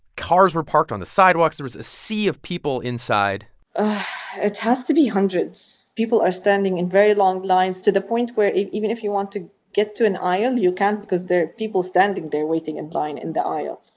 cars were parked on the sidewalks. there was a sea of people inside it has to be hundreds. people are standing in very long lines, to the point where, even if you want to get to an aisle, you can't because there are people standing there waiting in line in the aisle.